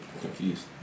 confused